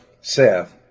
Seth